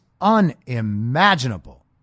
unimaginable